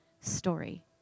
story